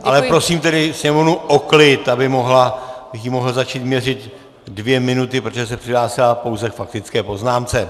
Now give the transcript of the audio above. Ale prosím tedy Sněmovnu o klid, abych jí mohl začít měřit dvě minuty, protože se přihlásila pouze k faktické poznámce.